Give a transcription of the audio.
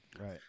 right